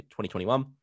2021